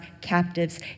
captives